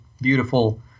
beautiful